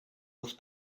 with